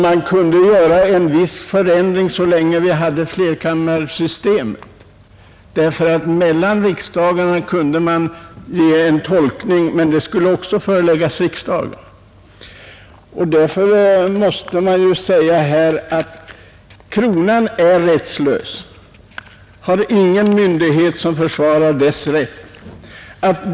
Så länge tvåkammarsystemet fanns, kunde det göras en tolkning av bestämmelserna mellan riksdagarna, men denna tolkning skulle också föreläggas riksdagen. Man måste därför säga att kronan är rättslös. Det finns ingen myndighet som försvarar dess rätt.